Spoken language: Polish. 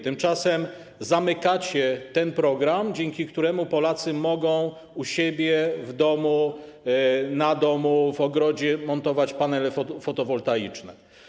Tymczasem zamykacie ten program, dzięki któremu Polacy mogą u siebie w domu, na domu, w ogrodzie montować panele fotowoltaiczne.